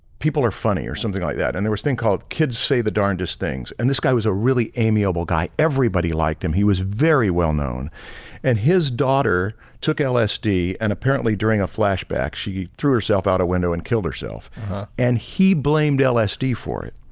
people are funny or something like that and there was a thing called kids say the darndest things and this guy was a really amiable guy, everybody liked him. he was very well known and his daughter took lsd and apparently during a flashback, she threw herself out a window and killed herself and he blamed lsd for it.